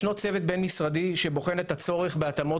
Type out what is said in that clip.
ישנו צוות בין-משרדי שבוחן את הצורך בהתאמות